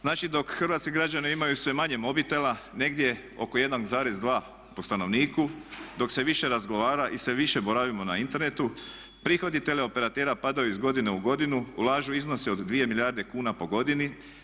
Znači dok hrvatski građani imaju sve manje mobitela negdje oko 1,2 po stanovniku, dok se više razgovara i sve više boravimo na internetu prihodi teleoperatera padaju iz godine u godinu, ulažu iznose od 2 milijarde kuna po godini.